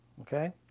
Okay